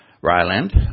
Ryland